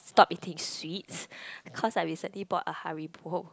stop eating sweets cause I recently bought a Haribo